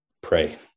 Pray